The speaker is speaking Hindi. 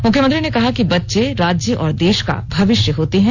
मुख्यमंत्री ने कहा कि बच्चे राज्य और देश का भविष्य होते हैं